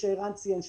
שערן ציין,